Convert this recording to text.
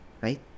right